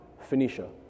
Phoenicia